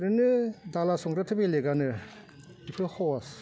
ओरैनो दाला संग्राइयाथ' बेलेगआनो बेथ' स'हस